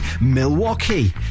Milwaukee